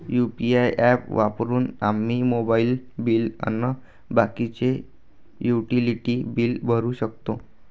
UPI app वापरून आम्ही mobile bill अन बाकीचे युटिलिटी बिल भरू शकतो